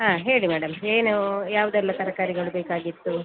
ಹಾಂ ಹೇಳಿ ಮೇಡಮ್ ಏನು ಯಾವುದೆಲ್ಲ ತರಕಾರಿಗಳು ಬೇಕಾಗಿತ್ತು